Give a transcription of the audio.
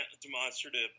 demonstrative